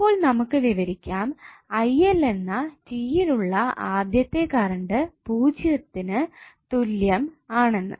അപ്പോൾ നമുക്ക് വിവരിക്കാം എന്ന റ്റി യിൽ ഉള്ള ആദ്യത്തെ കറണ്ട് 0 നു തുല്യം ആണെന്ന്